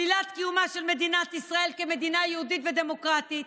שלילת קיומה של מדינת ישראל כמדינה יהודית ודמוקרטית,